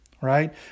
Right